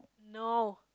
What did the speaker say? no